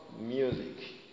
music